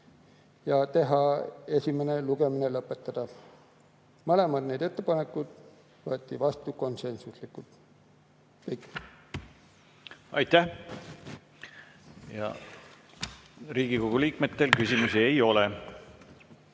ettepanek esimene lugemine lõpetada. Mõlemad ettepanekud võeti vastu konsensuslikult. Aitäh! Aitäh! Riigikogu liikmetel küsimusi ei ole.